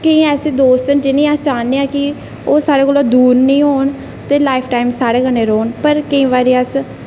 केईं ऐसे दोस्त जि'नें गी अस चाह्न्ने आं कि ओह् साढ़े कोला दूर निं होन ते लाइफटाइम साढ़े कन्नै रौह्न पर केईं बारी अस